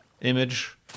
image